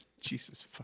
Jesus